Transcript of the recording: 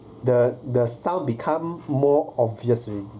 the the sound become more obvious already